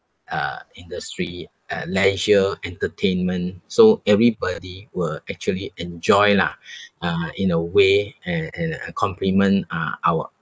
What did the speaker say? uh industry uh leisure entertainment so everybody will actually enjoy lah uh in a way and and uh complement uh our